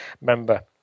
member